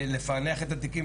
ולפענח את התיקים,